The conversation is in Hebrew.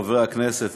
חברי הכנסת,